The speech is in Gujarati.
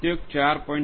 ઉદ્યોગ 4